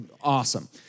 awesome